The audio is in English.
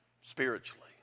Spiritually